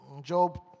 Job